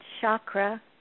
chakra